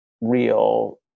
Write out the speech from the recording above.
real